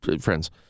friends